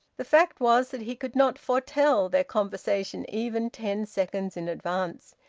the fact was that he could not foretell their conversation even ten seconds in advance.